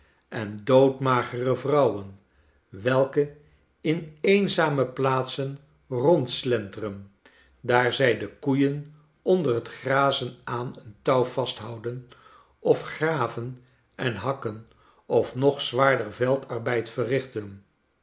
en doodmagere vrouwen welke in eenzame plaatsen rondslenteren daar zij de koeien onder het grazen aan een touw vasthouden of graven en hakken of nog zwaarder veldarbeid verrichten